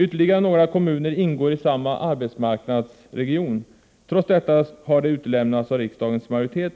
Ytterligare några kommuner ingår i samma arbetsmarknadsregion. Trots detta har de utelämnats av riksdagens majoritet.